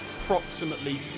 approximately